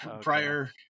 prior